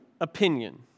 opinion